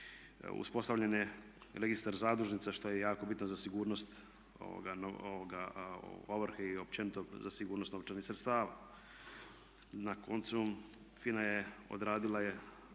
Uspostavljen je registar zadužnica što je jako bitno za sigurnost ovrhe i općenito za sigurnost novčanih sredstava. Na koncu FINA je, odradila je